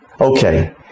Okay